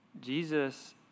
Jesus